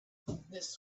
this